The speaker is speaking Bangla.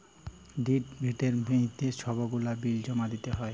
ডিউ ডেটের মইধ্যে ছব গুলা বিল জমা দিতে হ্যয়